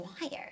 wired